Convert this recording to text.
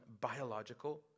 biological